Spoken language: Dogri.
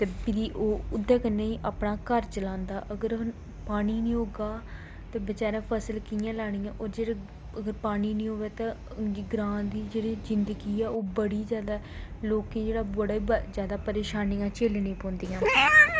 ते भिरी ओह् ओह्दे कन्नै ई अपना घर चलांदा अगर पानी निं होगा ते बचैरें फसल कि'यां लानी ऐ होर जेह्ड़ा अगर पानी निं होऐ ते ग्रांऽ दी जेह्ड़ी जिन्दगी ऐ ओह् बड़ी जादा लोकें जेह्ड़ा बड़ी जादा परेशानियां झल्लने पौंदियां